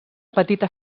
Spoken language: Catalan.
petita